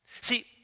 See